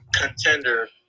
contender